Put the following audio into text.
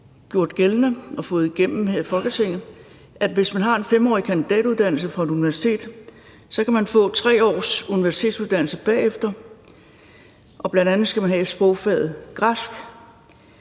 gjort gældende og fået igennem her i Folketinget, at hvis man har en 5-årig kandidatuddannelse fra et universitet, kan man bagefter få 3 års universitetsuddannelse, og bl.a. skal man have sprogfaget græsk.